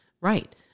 Right